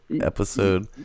episode